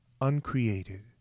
Uncreated